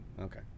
Okay